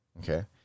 Okay